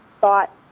thought